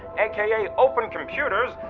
aka open computers,